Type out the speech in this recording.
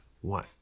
One